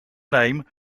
name